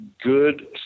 good